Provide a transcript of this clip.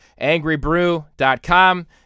angrybrew.com